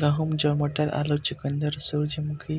गहूम, जौ, मटर, आलू, चुकंदर, सूरजमुखी,